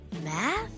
math